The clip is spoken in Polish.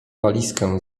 walizkę